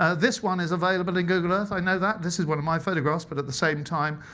ah this one is available in google earth. i know that. this is one of my photographs, but at the same time,